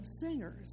singers